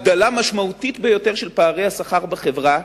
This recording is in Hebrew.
הגדלה משמעותית ביותר של פערי השכר בחברה,